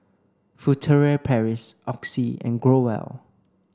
Furtere Paris Oxy and Growell